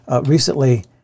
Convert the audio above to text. Recently